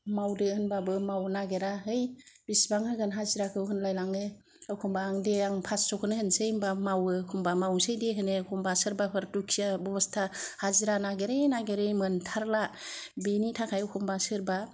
मावदो होनबाबो मावनो नागिरा है बेसेबां होगोन हाजिराखौ होनलायलाङो एखम्बा दे आं पासस'खौनो होनोसै होनबा मावो एखम्बा मावनोसै दे होनो एखम्बा सोरबाफोर दुखिया अबस्था हाजिरा नागिरै नागिरै मोनथारला बिनि थाखाय एखम्बा सोरबा